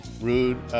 Rude